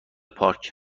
پارک